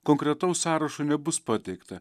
konkretaus sąrašo nebus pateikta